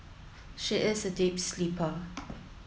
she is a deep sleeper